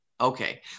Okay